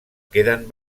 queden